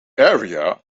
area